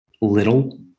little